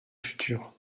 futur